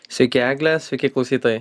sveiki egle sveiki klausytojai